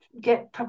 get